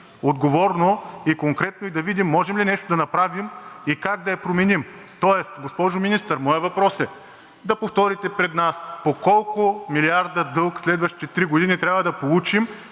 отговорно и конкретно и да видим може ли нещо да направим и как да я променим. Госпожо Министър, моят въпрос е: да повторите пред нас по колко милиарда дълг в следващите три години трябва да получим,